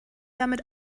damit